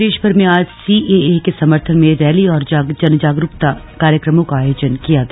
प्रदे भर में आज सीएए के समर्थन में रैली और जनजगरूकता कार्यक्रमों का आयोजन किया गया